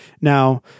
Now